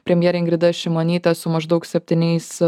premjerė ingrida šimonytė su maždaug septyniais